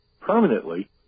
permanently